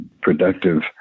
productive